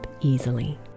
easily